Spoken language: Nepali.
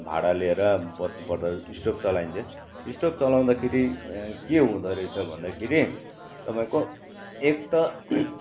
भाडा लिएर बस्नु पर्दा स्टोभ चलाइन्थ्यो स्टोभ चलाउँदाखेरि के हुँदो रहेछ भन्दाखेरि तपाईँको एक त